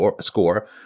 score